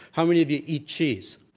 how many of you eat cheese?